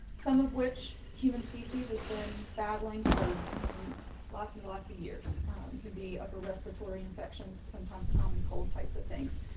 some of which human species has been battling for lots and lots of years to be upper respiratory infections, sometimes common cold types of things.